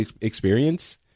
experience